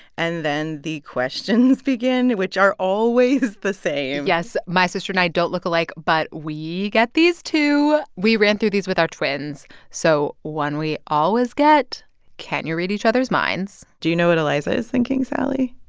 and then the questions begin, which are always the same yes. my sister and i don't look alike, but we get these, too. we ran through these with our twins. so one we always get can you read each other's minds? do you know what eliza is thinking, sally?